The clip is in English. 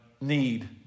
need